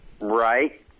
Right